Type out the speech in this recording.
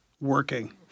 working